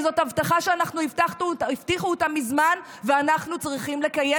כי זאת הבטחה שהבטיחו אותה מזמן ואנחנו צריכים לקיים,